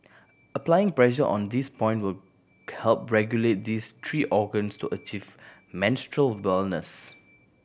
applying pressure on this point will help regulate these three organs to achieve menstrual wellness